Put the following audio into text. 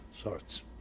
sorts